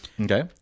Okay